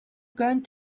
going